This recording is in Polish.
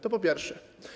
To po pierwsze.